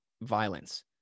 violence